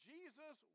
Jesus